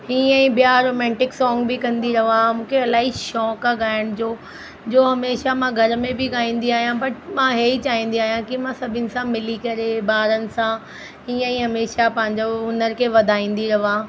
हीअं ई ॿिया रोमांटिक सॉन्ग बि कंदी रहां मूंखे इलाही शौक़ु आहे ॻाइण जो जो हमेशह मां घर में बि गाईंदी आहियां बट मां इहे ई चाहींदी आहियां कि मां सभिनि सां मिली करे ॿारनि सां हीअं ई हमेशह पंहिंजो हुनर खे वधाईंदी रहां